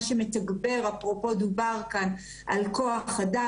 מה שמתגבר אפרופו דובר כאן על כוח אדם